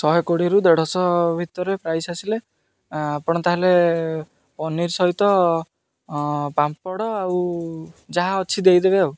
ଶହେ କୋଡ଼ିଏରୁ ଦେଢ଼ଶହ ଭିତରେ ପ୍ରାଇସ୍ ଆସିଲେ ଆପଣ ତା'ହେଲେ ପନିର ସହିତ ପାମ୍ପଡ଼ ଆଉ ଯାହା ଅଛି ଦେଇଦେବେ ଆଉ